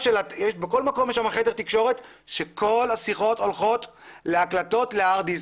בכל מקום יש שם חדר תקשורת וכל השיחות הולכות להקלטות ל-הארד דיסק.